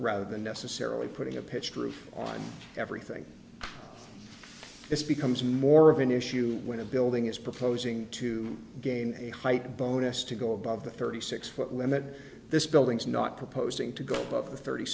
rather than necessarily putting a pitched roof on everything this becomes more of an issue when a building is proposing to gain a height bonus to go above the thirty six foot limit this building's not proposing to go above thirty